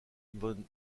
von